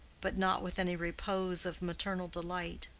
but not with any repose of maternal delight.